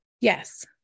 Yes